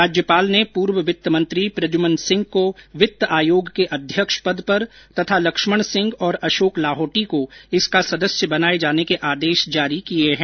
राज्यपाल ने पूर्व वित्त मंत्री प्रद्यम्न सिंह को वित्त आयोग के अध्यक्ष पद पर तथा लक्ष्मण सिंह और अशोक लाहोटी को इसका सदस्य बनाए जाने के आदेश जारी किए हैं